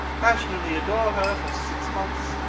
passionately adore her for six months,